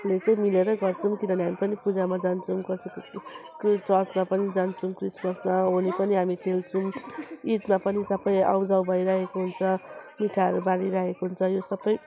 ले चाहिँ मिलेर गर्छौँ किनभने हामी पनि पूजामा जान्छौँ कसैको चर्चमा पनि जान्छौँ क्रिसमसमा होली पनि हामी खेल्छौँ ईदमा पनि सबै आउजाउ भइरहेको हुन्छ मिठाईहरू बाँडिरहेको हुन्छ यो सबै